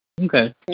Okay